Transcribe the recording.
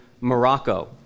Morocco